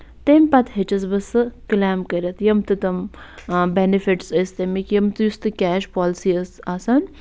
تَمہِ پَتہٕ ہیٚچِس بہٕ سُہ کٕلیم کٔرِتھ یِم تہٕ تِم بٮ۪نِفِٹٕس ٲسۍ تَمِکۍ یِم تہِ یُس تہٕ کیش پالسی ٲس آسان